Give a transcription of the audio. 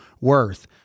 worth